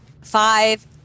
five